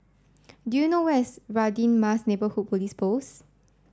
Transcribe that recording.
do you know where is Radin Mas Neighbourhood Police Post